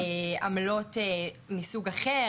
עמלות מסוג אחר,